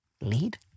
lead